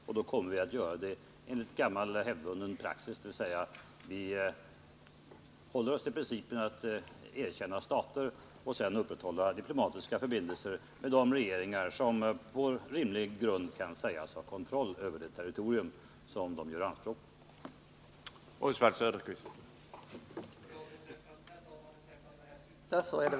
Vi kommer då att göra det enligt gammal hävdvunnen praxis, dvs. vi skall hålla oss till principen att erkänna stater och upprätthålla diplomatiska förbindelser med de regeringar som på rimlig grund kan sägas ha kontroll över det territorium som de gör anspråk på.